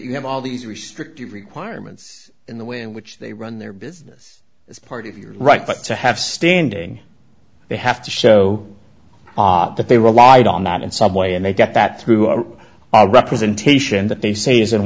you have all these restrictive requirements in the way in which they run their business as part of your right to have standing they have to show op that they relied on that in some way and they get that through our our representation that they say is